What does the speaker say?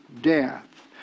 death